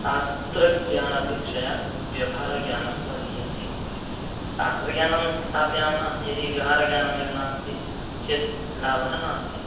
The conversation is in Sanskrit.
शास्त्रज्ञानापेक्षया व्यवहारज्ञानम् बलीयसी शास्त्रज्ञानं स्थापयामः यदि व्यवहारज्ञानम् एव नास्ति चेत् लाभः नास्ति